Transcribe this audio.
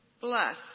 Bless